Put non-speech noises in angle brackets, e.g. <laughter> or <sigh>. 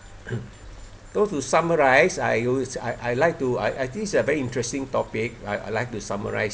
<noise> so to summarize I use I I like to I I think this is a very interesting topic I I like to summarize